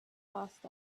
passed